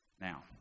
Now